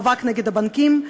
מאבק נגד הבנקים,